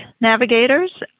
navigators